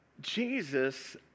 Jesus